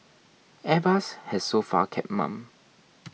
airbus has so far kept mum